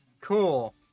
Cool